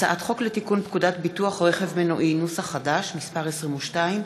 הצעת חוק לתיקון פקודת ביטוח רכב מנועי (מס' 22),